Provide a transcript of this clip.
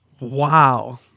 Wow